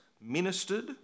ministered